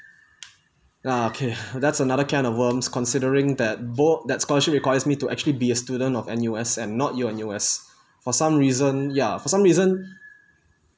ya okay that's another can of worms considering that both that scholarship requires me to actually be a student of N_U_S and not yale-N_U_S for some reason ya for some reason